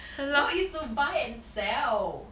no is to buy and sell